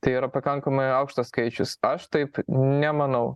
tai yra pakankamai aukštas skaičius aš taip nemanau